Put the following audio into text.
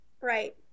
right